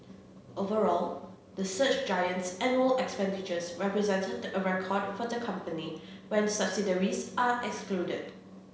overall the search giant's annual expenditures represented a record for the company when subsidiaries are excluded